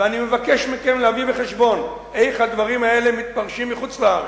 אני מבקש מכם להביא בחשבון איך הדברים האלה מתפרשים בחוץ-לארץ,